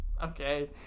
Okay